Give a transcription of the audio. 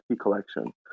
collection